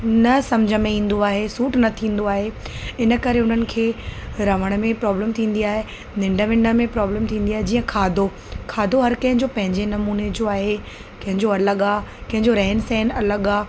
न सम्झ में ईंदो आहे सूट न थींदो आहे इन करे उन्हनि खे रहण में प्रोब्लम थींदी आहे निंढ विंढ में प्रोब्लम थींदी आहे जीअं खादो खादो हर कंहिंजो पंहिंजे नमूने जो आहे कंहिंजो अलॻि आहे कंहिंजो रहन सहन अलॻि आहे